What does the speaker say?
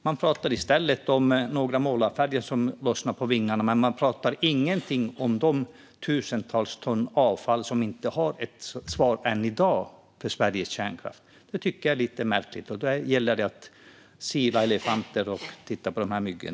Man pratar om målarfärg som lossnar från vingarna på vindkraftverk, men man pratar ingenting om de tusentals ton avfall från Sveriges kärnkraft som vi ännu inte har något svar på hur vi ska hantera. Det tycker jag är lite märkligt. Man silar mygg och sväljer kameler.